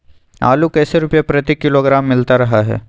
आलू कैसे रुपए प्रति किलोग्राम मिलता रहा है?